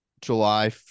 july